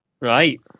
Right